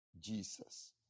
Jesus